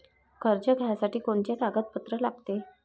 कर्ज घ्यासाठी कोनचे कागदपत्र लागते?